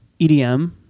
EDM